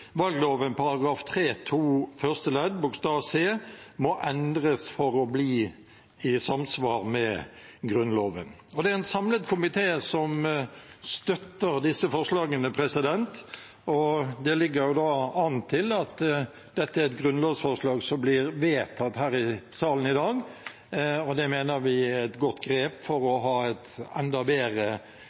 valgloven § 3-2 første ledd bokstav c må endres for å bli i samsvar med Grunnloven. Det er en samlet komité som støtter disse forslagene. Det ligger an til at dette grunnlovsforslaget blir vedtatt her i salen i dag. Det mener vi er et godt grep for å ha et enda bedre